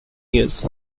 years